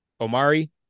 Omari